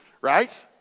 right